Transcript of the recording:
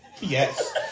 Yes